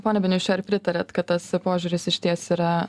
pone beniuši ar pritariat kad tas požiūris išties yra